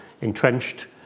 entrenched